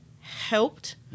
Helped